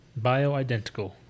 Bioidentical